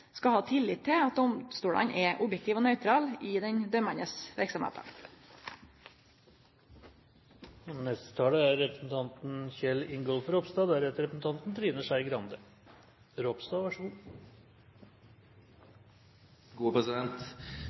skal ha tillit til at domstolane er objektive og nøytrale i den dømmande verksemda. Kristelig Folkeparti er